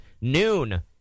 noon